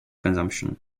consumption